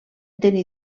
tenir